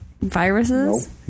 viruses